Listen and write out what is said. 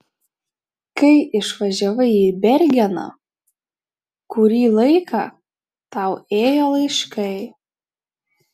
kai išvažiavai į bergeną kurį laiką tau ėjo laiškai